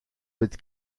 mit